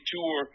Tour